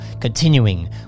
continuing